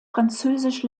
französisch